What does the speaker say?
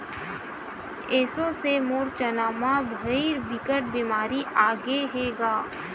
एसो से मोर चना म भइर बिकट बेमारी आगे हे गा